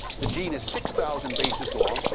the gene is six thousand bases long.